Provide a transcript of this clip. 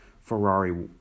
Ferrari